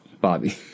Bobby